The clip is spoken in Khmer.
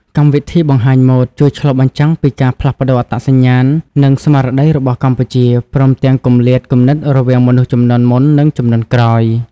កម្មវិធីបង្ហាញម៉ូដ ជួយឆ្លុះបញ្ចាំងពីការផ្លាស់ប្ដូរអត្តសញ្ញាណ និងស្មារតីរបស់កម្ពុជា ព្រមទាំងគម្លាតគំនិតរវាងមនុស្សជំនាន់មុន និងជំនាន់ក្រោយ។